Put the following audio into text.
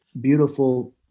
beautiful